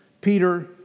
Peter